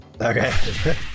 Okay